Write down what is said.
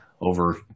over